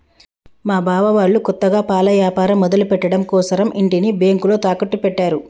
మా బావ వాళ్ళు కొత్తగా పాల యాపారం మొదలుపెట్టడం కోసరం ఇంటిని బ్యేంకులో తాకట్టు పెట్టారు